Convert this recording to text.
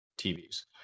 TVs